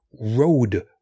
road